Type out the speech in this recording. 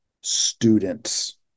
students